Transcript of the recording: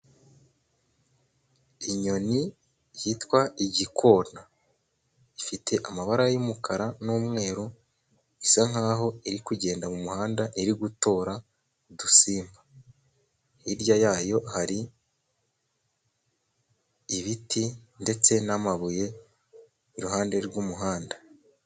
Inyoni yitwa igikona ifite amabara y'umukara n'umweru, isa nkaho iri kugenda mu muhanda iri gutora udusimba, hirya yayo hari ibiti ndetse n'amabuye iruhande rw'umuhanda.